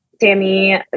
Sammy